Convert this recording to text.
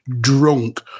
drunk